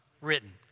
Written